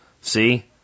See